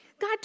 God